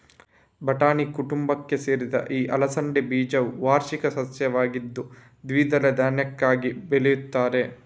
ಬಟಾಣಿ ಕುಟುಂಬಕ್ಕೆ ಸೇರಿದ ಈ ಅಲಸಂಡೆ ಬೀಜವು ವಾರ್ಷಿಕ ಸಸ್ಯವಾಗಿದ್ದು ದ್ವಿದಳ ಧಾನ್ಯಕ್ಕಾಗಿ ಬೆಳೀತಾರೆ